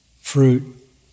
fruit